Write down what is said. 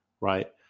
right